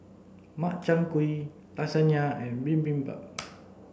Makchang Gui Lasagna and Bibimbap